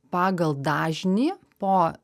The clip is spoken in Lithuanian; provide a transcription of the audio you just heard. pagal dažnį po